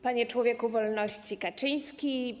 Panie Człowieku Wolności Kaczyński!